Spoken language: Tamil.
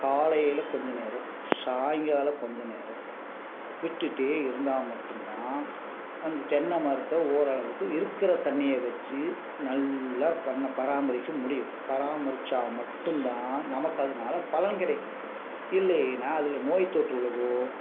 காலையில் கொஞ்சம் நேரம் சாயங்காலோம் கொஞ்சம் நேரம் விட்டுட்டே இருந்தால் மட்டும்தான் அந்த தென்னை மரத்தை ஓரளவுக்கு இருக்கிற தண்ணியை வச்சி நல்லா பண்ண பராமரிக்க முடியும் பராமரிச்சா மட்டும்தான் நமக்கு அதனால பலன் கிடைக்கும் இல்லையின்னா அதில் நோய் தொற்று விழுகும்